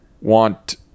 want